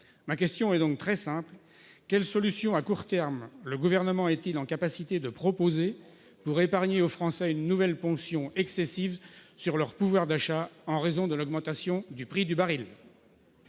Ma question est donc très simple : quelles solutions, à court terme, le Gouvernement est-il en mesure de proposer pour épargner aux Français une nouvelle ponction excessive sur leur pouvoir d'achat en raison de l'augmentation du prix du baril ?